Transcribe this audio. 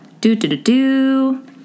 do-do-do-do